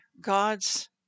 gods